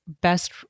best